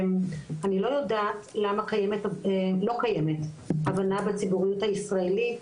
אני לא יודעת למה לא קיימת הבנה בציבוריות הישראלית,